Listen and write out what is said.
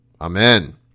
amen